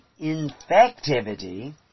infectivity